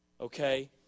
Okay